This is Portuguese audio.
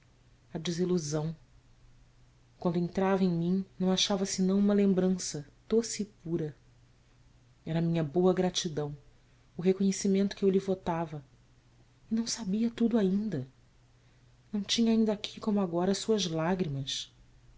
a desilusão quando entrava em mim não achava senão uma lembrança doce e pura era a minha boa gratidão o reconhecimento que eu lhe votava e não sabia tudo ainda não tinha ainda aqui como agora suas lágrimas